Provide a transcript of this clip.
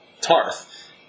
Tarth